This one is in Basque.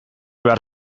behar